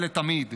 ולתמיד.